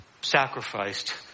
sacrificed